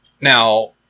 Now